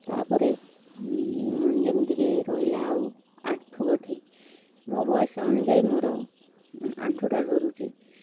ତା'ପରେ ଯେମିତିକି ରହିଲା ଆଉ ଆଣ୍ଠୁ ଗଣ୍ଠି ମୋ ବୟସ ଅନୁଯାୟୀ ମୋର ଆଣ୍ଠୁଟା ଧରୁଛି